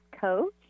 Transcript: coach